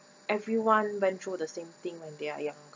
everyone went through the same thing when they are younger